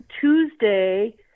Tuesday